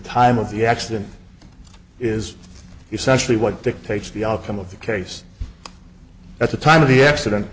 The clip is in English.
of the accident is essentially what dictates the outcome of the case at the time of the accident